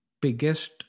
biggest